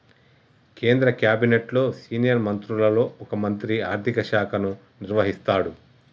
కేంద్ర క్యాబినెట్లో సీనియర్ మంత్రులలో ఒక మంత్రి ఆర్థిక శాఖను నిర్వహిస్తాడు